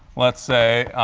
let's say,